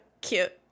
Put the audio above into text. Cute